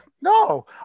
no